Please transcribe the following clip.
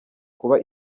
kuba